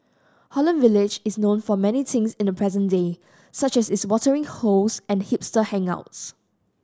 Holland Village is known for many things in the present day such as its watering holes and hipster hangouts